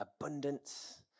abundance